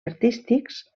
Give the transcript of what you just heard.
artístics